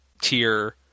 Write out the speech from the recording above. tier